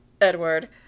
Edward